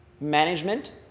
Management